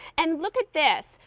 and look at this.